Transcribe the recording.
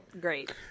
Great